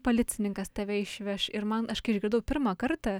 policininkas tave išveš ir man aš kai išgirdau pirmą kartą